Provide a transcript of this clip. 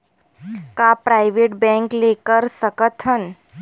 का private bank ले कर सकत हन?